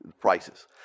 prices